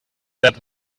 that